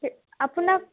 আপোনাক